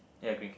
ya green cap